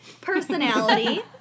personality